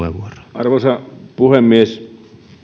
arvoisa puhemies